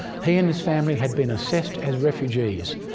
he and his family had been assessed as refugees.